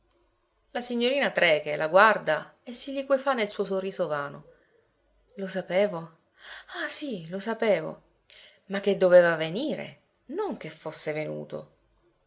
la signorina trecke la guarda e si liquefà nel suo sorriso vano lo sapevo ah sì lo sapevo ma che doveva venire non che fosse venuto